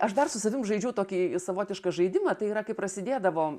aš dar su savim žaidžiau tokį savotišką žaidimą tai yra kai prasidėdavo